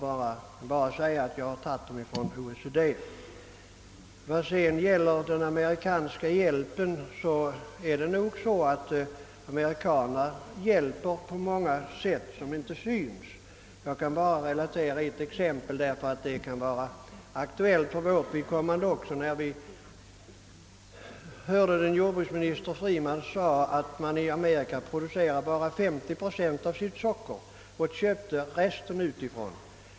Beträffande den amerikanska hjälpen förhåller det sig nog så, att amerikanarna hjälper på många sätt som inte syns. Jag skall relatera ett exempel, eftersom det kan vara aktuellt även för vårt vidkommande. Den amerikanske jordbruksministern Freeman nämnde att man i Amerika producerar endast 50 procent av sitt sockerbehov och köper resten.